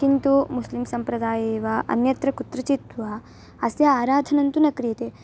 किन्तु मुस्लिं सप्रदाये वा अन्यत्र कुत्रचित् वा अस्य आराधनं तु न क्रियते